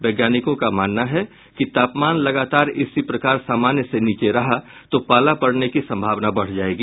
वैज्ञानिकों का मानना है कि तापमान लगातार इसी प्रकार समान्य से नीचे रहा तो पाला पड़ने की संभावना बढ़ जायेगी